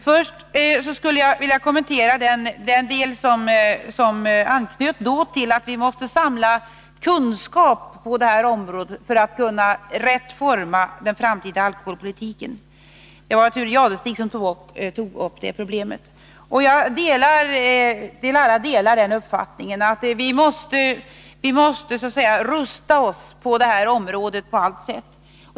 Först skulle jag vilja kommentera uttalandena om att vi måste samla kunskap på det här området för att kunna rätt forma den framtida alkoholpolitiken. Det var Thure Jadestig som tog upp det problemet. Jag delar helt uppfattningen att vi på allt sätt måste så att säga rusta oss på det här området.